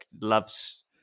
loves